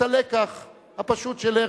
ללקח הפשוט של הרצל: